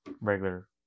regular